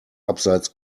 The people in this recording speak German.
abseits